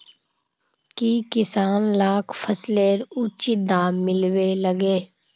की किसान लाक फसलेर उचित दाम मिलबे लगे?